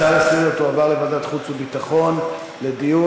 ההצעה לסדר-היום תועבר לוועדת חוץ וביטחון לדיון.